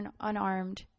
unarmed